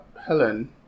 Helen